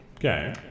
Okay